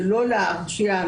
שלא להרשיע,